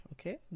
okay